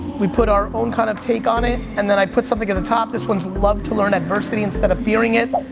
we put our own kind of take on it and then i put something in the top. this one's love to learn adversity instead of fearing it.